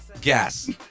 gas